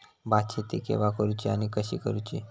भात शेती केवा करूची आणि कशी करुची?